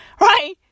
Right